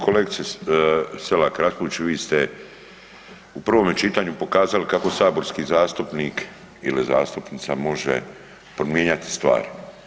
Kolegice Selak Raspudić vi ste u prvome čitanju pokazali kako saborski zastupnik ili zastupnica može promijenjati stvari.